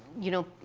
you know,